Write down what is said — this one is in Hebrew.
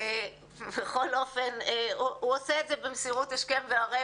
בכל אופן הוא עושה את זה במסירות השכם והערב,